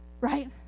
right